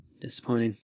disappointing